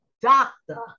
doctor